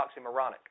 oxymoronic